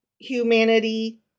humanity